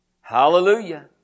Hallelujah